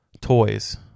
toys